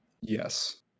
Yes